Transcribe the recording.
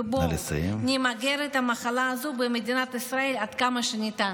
בואו נמגר את המחלה הזו במדינת ישראל עד כמה שניתן.